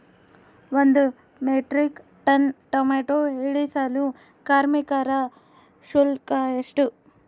ಒಂದು metric ton tomato ಇಳಿಸಲು ಕಾರ್ಮಿಕರ ಶುಲ್ಕ ಎಷ್ಟು?